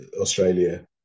Australia